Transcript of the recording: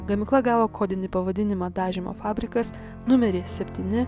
gamykla gavo kodinį pavadinimą dažymo fabrikas numeris septyni